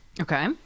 Okay